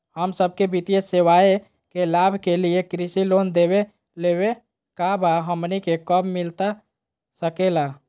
हम सबके वित्तीय सेवाएं के लाभ के लिए कृषि लोन देवे लेवे का बा, हमनी के कब मिलता सके ला?